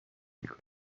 میکنی